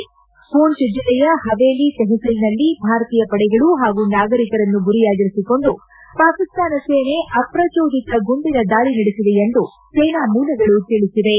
ಷೂಂಚ್ ಜೆಲ್ಲೆಯ ಹವೇಲಿ ತೆಹಿಸಿಲ್ನಲ್ಲಿ ಭಾರತೀಯ ಪಡೆಗಳು ಹಾಗೂ ನಾಗರೀಕರನ್ನು ಗುರಿಯಾಗಿರಿಸಿಕೊಂಡು ಪಾಕಿಸ್ತಾನ ಸೇನೆ ಅಪ್ರಜೋದಿತ ಗುಂಡಿನ ದಾಳಿ ನಡೆಸಿದೆ ಎಂದು ಸೇನಾಮೂಲಗಳು ತಿಳಿಸಿವೆ